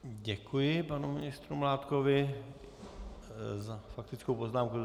Děkuji panu ministru Mládkovi za faktickou poznámku.